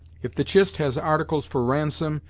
if the chist has articles for ransom,